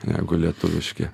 negu lietuviški